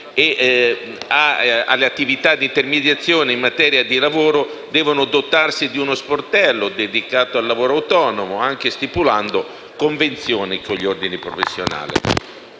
alle attività di intermediazione in materia di lavoro devono dotarsi di uno sportello dedicato al lavoro autonomo, anche stipulando convenzioni con gli ordini professionali.